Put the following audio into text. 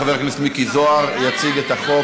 חבר הכנסת מיקי זוהר יציג את החוק.